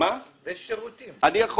אני יכול